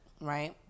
right